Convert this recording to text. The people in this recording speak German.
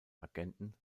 agenten